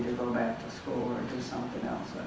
back to school or do something else.